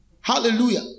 Hallelujah